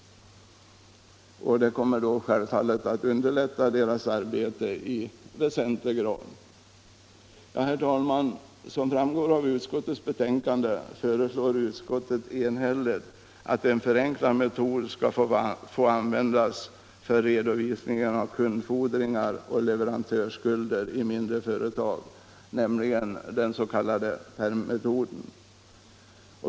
Detta kommer självfallet att underlätta småföretagarnas arbete i väsentlig grad. Herr talman! Som framgår av utskottets betänkande föreslår utskottet enhälligt att en förenklad metod skall få användas för redovisning av kundfordringar och leverantörsskulder i mindre företag, nämligen den s.k. pärmmetoden.